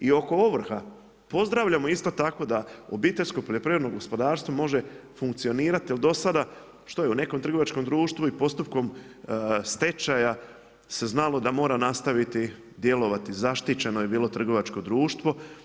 I oko ovrha, pozdravljamo isto tako da obiteljsko poljoprivredno gospodarstvo, može funkcionirati, jer do sada što je u nekom trgovačkom društvu i postupku stečaja, se znalo da mora nastojati djelovati, zaštićeno je bilo trgovačko društvo.